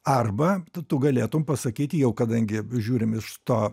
arba tu tu galėtum pasakyti jau kadangi žiūrim iš to